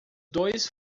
dois